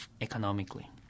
economically